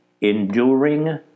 enduring